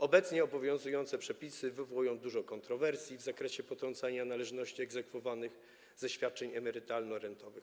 Obecnie obowiązujące przepisy wywołują dużo kontrowersji w zakresie potrącania należności egzekwowanych ze świadczeń emerytalno-rentowych.